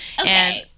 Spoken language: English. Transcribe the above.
Okay